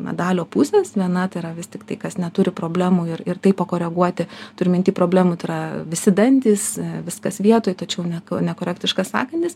medalio pusės viena tai yra vis tiktai kas neturi problemų ir ir tai pakoreguoti turiu mintį problemų tai yra visi dantys viskas vietoj tačiau ne nekorektiškas sąkandis